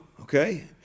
Okay